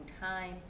time